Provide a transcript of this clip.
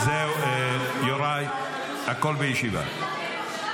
זהו, יוראי, הכול בישיבה.